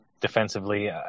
defensively